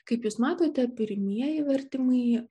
kaip jūs matote pirmieji vertimai